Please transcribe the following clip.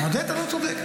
עודד, אתה לא צודק.